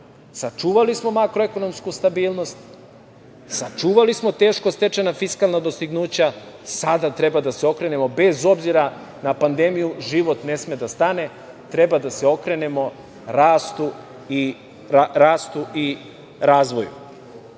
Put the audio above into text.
sačuvali smo makroekonomsku stabilnost, sačuvali smo teško stečena fiskalna dostignuća. Sada treba da se okrenemo, bez obzira na pandemiju, život ne treba da stane, treba da se okrenemo rastu i razvoju. Kada